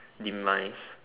in my